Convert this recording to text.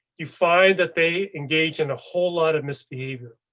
you find that they engage in a whole lot of misbehavior.